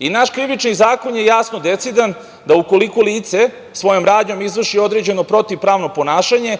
Naš Krivični zakon je jasno decidan da ukoliko lice svojom radnjom izvrši određeno protivpravno ponašanje